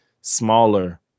smaller